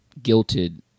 guilted